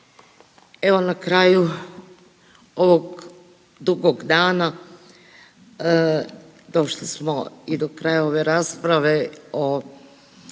Evo na kraju ovog dugog dana došli smo i do kraja ove rasprave o